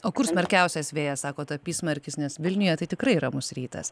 o kur smarkiausias vėjas sakot apysmarkis nes vilniuje tai tikrai ramus rytas